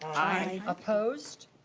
aye. opposed?